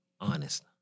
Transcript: honest